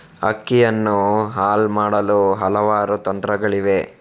ಅಕ್ಕಿಯನ್ನು ಹಲ್ ಮಾಡಲು ಹಲವಾರು ತಂತ್ರಗಳಿವೆ